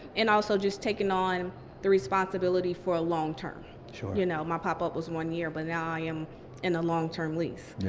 and also taking on the responsibility for a long term. you know my pop-up was one year, but now i am in a long-term lease, yeah